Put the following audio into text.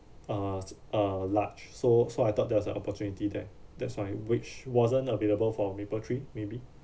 uh s~ uh large so so I thought there was an opportunity there that's why which wasn't available for Mapletree maybe